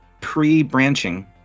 pre-branching